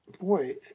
boy